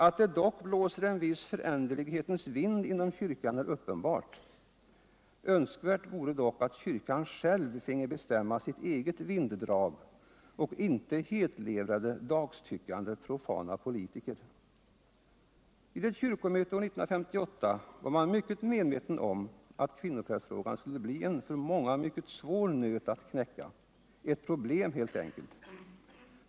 Att det dock blåser en viss föränderlighetens vind inom kyrkan är uppenbart. Önskvärt vore dock att kyrkan själv finge bestämma sitt eget vinddrag och inte hetlevrade dagstyckande profana politiker. Vid ett kyrkomöte år 1958 var man mycket medveten om att kvinnoprästfrågan skulle bli cen för många mycket svår nöt att knäcka — ett problem helt enkelt.